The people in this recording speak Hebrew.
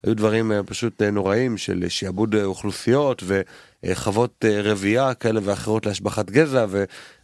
היו דברים פשוט נוראים של שיעבוד אוכלוסיות וחוות רבייה כאלה ואחרות להשבחת גזע.